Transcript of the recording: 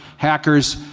hackers,